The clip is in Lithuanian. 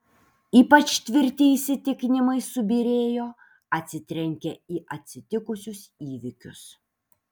ypač tvirti įsitikinimai subyrėjo atsitrenkę į atsitikusius įvykius